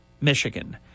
Michigan